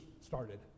started